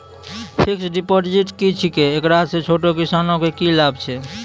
Fixed deposit की छिकै, एकरा से छोटो किसानों के की लाभ छै?